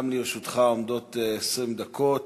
גם לרשותך עומדות 20 דקות.